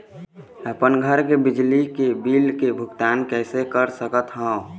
अपन घर के बिजली के बिल के भुगतान कैसे कर सकत हव?